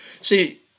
See